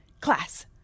class